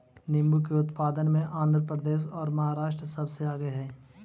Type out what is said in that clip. नींबू के उत्पादन में आंध्र प्रदेश और महाराष्ट्र सबसे आगे हई